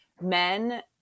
men